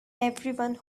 everyone